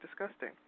disgusting